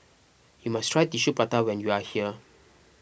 you must try Tissue Prata when you are here